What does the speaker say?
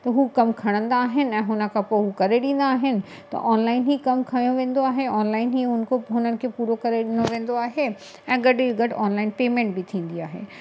त हू कमु खणंदा आहिनि ऐं हुन खां पोइ हू करे ॾींदा आहिनि त ऑनलाइन ई कम खयो वेंदो आहे ऑनलाइन ई हुन खो हुननि खे पूरो करे ॾिनो वेंदो आहे ऐं गॾ ई गॾ ऑनलाइन पेमेंट बि थींदी आहे